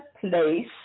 place